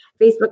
Facebook